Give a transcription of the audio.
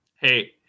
Hey